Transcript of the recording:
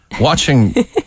watching